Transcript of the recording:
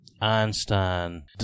Einstein